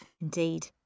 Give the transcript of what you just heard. Indeed